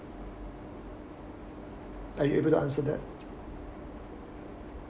are you able to answer that